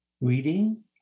reading